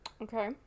Okay